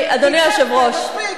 ניצחתם,